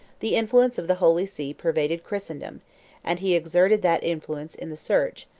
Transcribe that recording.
the influence of the holy see pervaded christendom and he exerted that influence in the search,